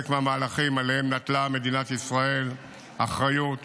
מהמהלכים שעליהם נטלה מדינת ישראל אחריות